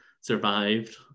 survived